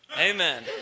Amen